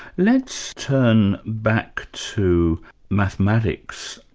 let's turn back to mathematics.